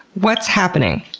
what's happening?